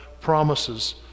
promises